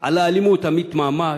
על האלימות מתמהמהים.